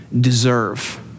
deserve